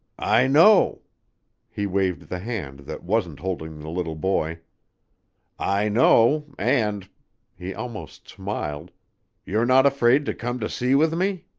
i know he waved the hand that wasn't holding the little boy i know. and he almost smiled you're not afraid to come to sea with me?